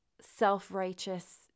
self-righteous